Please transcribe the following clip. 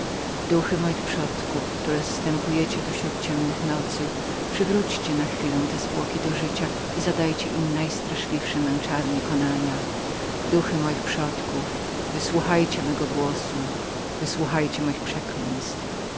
duchy moich przodków które zstępujecie tu śród ciemnych nocy duchy które przyzywam rękami sposoczonemi krwią ofiar ludzkich duchy moich przodków przywróćcie na chwilę te zwłoki do życia zadajcie im najstraszliwsze męczarnie konania duchy moich przodków wysłuchajcie mego głosu wysłuchajcie moich przeklęstw